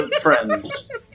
friends